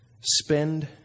Spend